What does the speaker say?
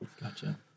Gotcha